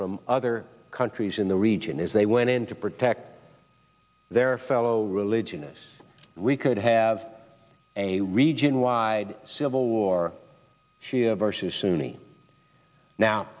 from other countries in the region if they went in to protect their fellow religious we could have a region wide civil war shia versus sunni now